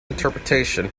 interpretation